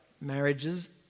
marriages